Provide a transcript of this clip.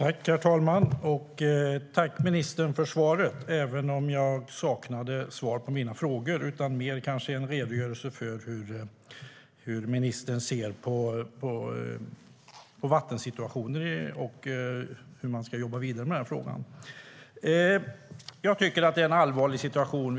Herr talman! Tack, ministern för svaret, även om jag saknade svar på mina frågor! Det var kanske mer en redogörelse för hur ministern ser på vattensituationen och hur man ska jobba vidare med den här frågan. Jag tycker att det är en allvarlig situation.